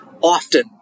often